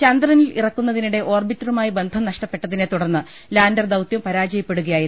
ചന്ദ്ര നിൽ ഇറക്കുന്നതിനിടെ ഓർബിറ്ററുമായി ബന്ധം നഷ്ടപ്പെട്ട തിനെ തുടർന്ന് ലാൻ്റർ ദൌത്യം പരാജയപ്പെടുകയായിരുന്നു